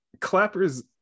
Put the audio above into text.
clappers